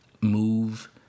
move